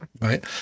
Right